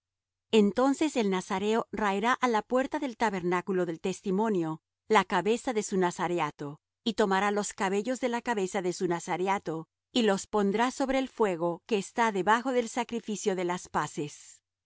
entonces el nazareo raerá á la puerta del tabernáculo del testimonio la cabeza de su nazareato y tomará los cabellos de la cabeza de su nazareato y los pondrá sobre el fuego que está debajo del sacrificio de las paces